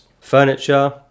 Furniture